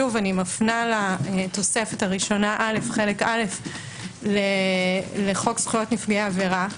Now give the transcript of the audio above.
אני מפנה לתוספת הראשונה א' חלק מא' לחוק זכויות נפגעי עבירה.